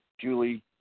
Julie